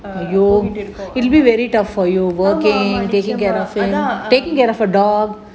ஆமா ஆமா அதான்:aamaa aamaa athaan